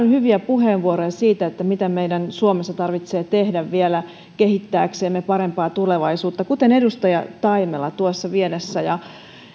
hyviä puheenvuoroja siitä mitä meidän suomessa tarvitsee vielä tehdä kehittääksemme parempaa tulevaisuutta kuten edustaja taimela tuossa vieressä